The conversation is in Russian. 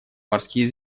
морские